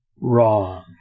wrong